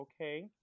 Okay